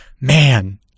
man